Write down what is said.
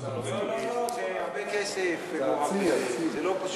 לא, לא, לא, זה הרבה כסף, זה לא פשוט.